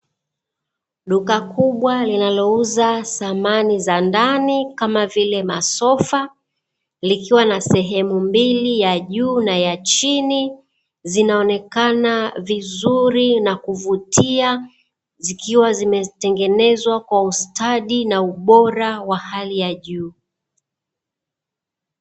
Duka kubwa linalouza samani za ndani, kama vile masofa, likiwa na sehemu mbili, ya juu na ya chini, zinaonekana vizuri na kuvutia, zikiwa zimetengenezwa kwa ustadi na ubora wa hali ya juu.